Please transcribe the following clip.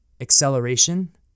acceleration